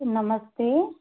नमस्ते